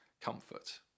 comfort